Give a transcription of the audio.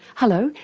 hello,